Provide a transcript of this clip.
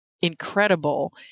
incredible